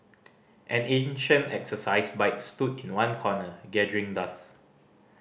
an ancient exercise bike stood in one corner gathering dust